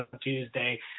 Tuesday